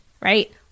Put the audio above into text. right